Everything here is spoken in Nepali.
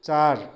चार